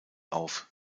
auf